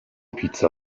پیتزا